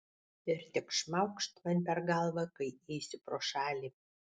ir tik šmaukšt man per galvą kai eisiu pro šalį